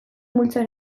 multzoa